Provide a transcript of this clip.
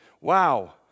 Wow